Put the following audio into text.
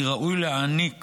כי ראוי להעניק